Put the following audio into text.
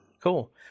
Cool